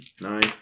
Nine